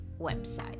website